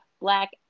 Black